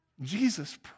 Jesus